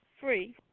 free